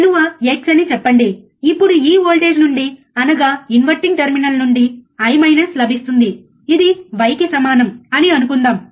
విలువ x అని చెప్పండి అప్పుడు ఈ వోల్టేజ్ నుండి అనగా ఇన్వర్టింగ్ టెర్మినల్ నుండి I లభిస్తుంది ఇది y అని కి సమానం అని అనుకుందాం